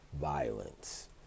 violence